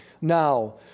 Now